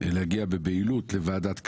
להגיע בבהילות לוועדת הכנסת.